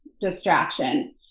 distraction